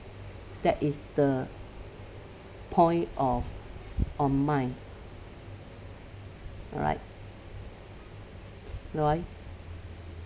that is the point of on mine alright roy